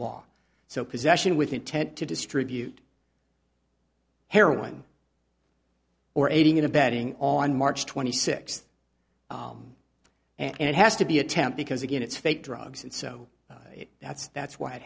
law so possession with intent to distribute heroin or aiding and abetting on march twenty sixth and it has to be a temp because again it's fake drugs and so that's that's why it